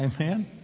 Amen